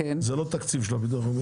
זה לא תקציב של הביטוח הלאומי.